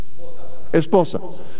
Esposa